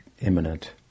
imminent